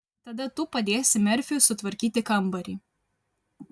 tada tu padėsi merfiui sutvarkyti kambarį